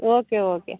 okay okay